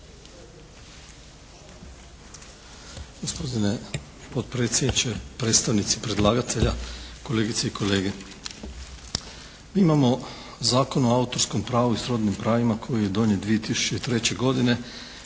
Gospodine potpredsjedniče, predstavnici predlagatelja, kolegice i kolege! Mi imamo Zakon o autorskom pravu i srodnim pravima koji je donijet 2003. godine